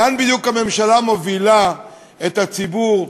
לאן בדיוק הממשלה מובילה את הציבור.